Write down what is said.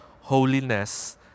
holiness